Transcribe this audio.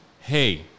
hey